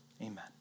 Amen